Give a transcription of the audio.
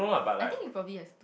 I think it probably yes